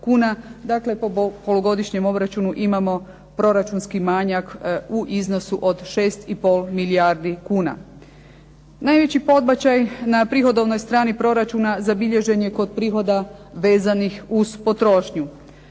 Dakle, po polugodišnjem obračunu imamo proračunski manjak u iznosu od 6,5 milijardi kuna. Najveći podbačaj na prihodovnoj strani proračuna zabilježen je kod prihoda vezanih uz potrošnju.